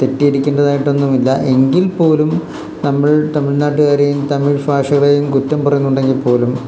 തെറ്റിയിരിക്കേണ്ടതായിട്ടൊന്നുമില്ല എങ്കിൽ പോലും നമ്മൾ തമിഴ് നാട്ടുകാരെയും തമിഴ് ഭാഷകളെയും കുറ്റം പറയുന്നുണ്ടെങ്കിൽ പോലും